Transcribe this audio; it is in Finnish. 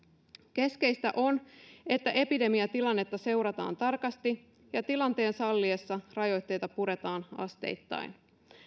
keskeistä on että epidemiatilannetta seurataan tarkasti ja tilanteen salliessa rajoitteita puretaan asteittain